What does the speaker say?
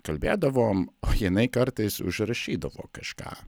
kalbėdavom o jinai kartais užrašydavo kažką